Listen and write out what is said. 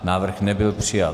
Návrh nebyl přijat.